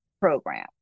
program